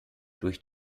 durch